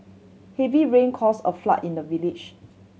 heavy rain caused a flood in the village